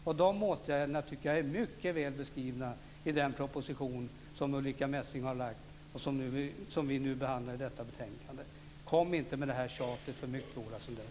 Och dessa åtgärder finns mycket väl beskrivna i den proposition som Ulrica Messing har lagt fram och som behandlas i detta betänkande. Kom inte med det här tjatet för mycket, Ola Sundell!